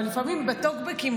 נכון גם לפעמים בטוקבקים,